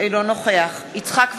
אינו נוכח יצחק וקנין,